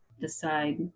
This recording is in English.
decide